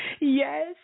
yes